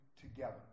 together